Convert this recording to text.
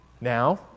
Now